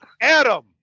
Adam